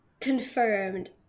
Confirmed